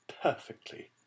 perfectly